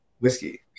whiskey